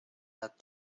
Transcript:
lat